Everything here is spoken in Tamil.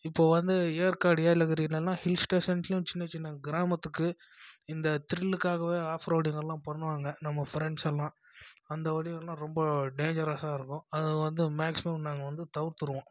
இப்போ வந்து ஏற்காடு ஏலகிரிலலாம் ஹில்ஸ் ஸ்டேஷன்ஸ்லையும் சின்ன சின்ன கிராமத்துக்கு இந்த திரிலுக்காகவே ஆஃப் ரோடிங்கெல்லாம் பண்ணுவாங்க நம்ம ஃப்ரெண்ட்ஸ் எல்லாம் அந்த வழிலலாம் ரொம்ப டேஞ்சராக இருக்கும் அது வந்து மேக்சிமம் நாங்கள் வந்து தவிர்த்துடுவோம்